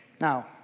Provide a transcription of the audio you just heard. Now